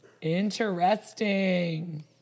Interesting